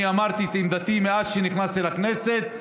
אני אמרתי את עמדתי מאז שנכנסתי לכנסת.